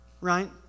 right